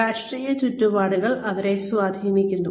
രാഷ്ട്രീയ ചുറ്റുപാടുകൾ അവരെ സ്വാധീനിക്കുന്നു